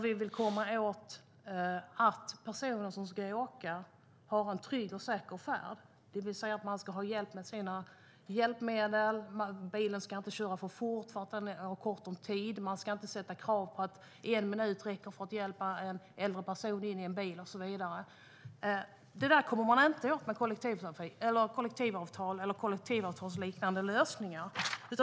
Vi vill att personer som ska åka ska få en trygg och säker färd. Man ska få hjälp med sina hjälpmedel. Bilen ska inte köra för fort eftersom den har kort om tid. Det ska inte ställas krav på att en minut ska räcka för att hjälpa en äldre person in i en bil, och så vidare. Det där kommer man inte åt med kollektivavtal eller kollektivavtalsliknande lösningar.